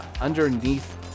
underneath